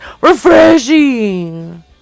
Refreshing